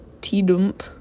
T-dump